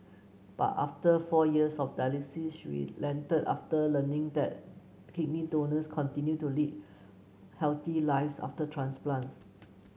but after four years of dialysis she relented after learning that kidney donors continue to lead healthy lives after transplants